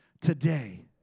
today